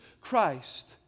Christ